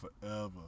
forever